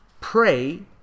Pray